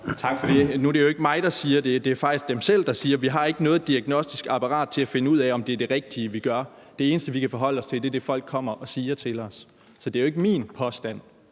Tak for det. Nu er det jo ikke mig, der siger det. Det er faktisk dem selv, der siger, at vi ikke har noget diagnostisk apparat til at finde ud af, om det er det rigtige, vi gør. Det eneste, vi kan forholde os til, er det, folk kommer og siger til os. Så det er ikke min påstand.